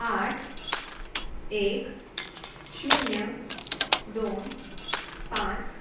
आठ एक शुन्य दोन पांच